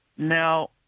Now